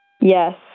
yes